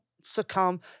succumb